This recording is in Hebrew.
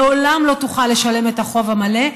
לעולם לא תוכל לשלם את החוב המלא,